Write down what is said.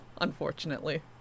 unfortunately